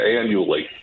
annually